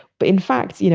but in fact, you know